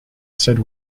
said